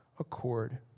accord